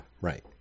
right